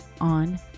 on